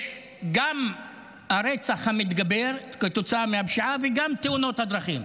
יש גם הרצח המתגבר כתוצאה מהפשיעה וגם תאונות הדרכים.